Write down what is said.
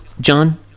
John